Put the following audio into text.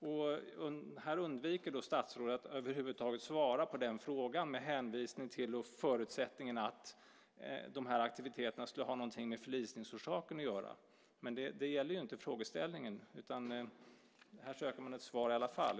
Statsrådet undviker att över huvud taget svara på den frågan med hänvisning till förutsättningen att dessa aktiviteter skulle ha någonting med förlisningsorsaken att göra. Detta är dock inte vad frågeställningen gäller, utan här söker man ett svar i alla fall.